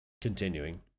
continuing